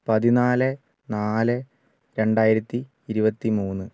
പതിനാല് നാല് രണ്ടായിരത്തി ഇരുപത്തി മൂന്ന്